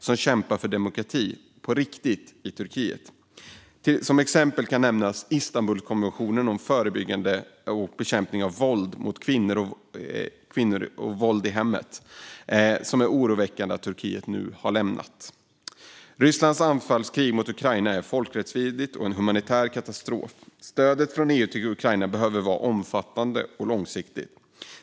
Det krypande för Turkiet som vi sett under det senaste året måste upphöra. Omvärlden ska inte lägga sig platt för Erdogan utan i stället aktivt stödja alla som kämpar för demokrati på riktigt i Turkiet. Rysslands anfallskrig mot Ukraina är folkrättsvidrigt och en humanitär katastrof. Stödet från EU till Ukraina behöver vara omfattande och långsiktigt.